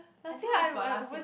I think it was about last year